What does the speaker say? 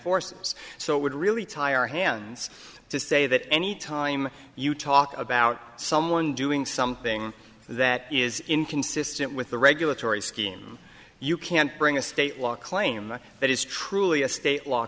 forces so it would really tie our hands to say that any time you talk about someone doing something that is inconsistent with the regulatory scheme you can't bring a state law claim that is truly a state law